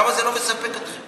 למה זה לא מספק אתכם?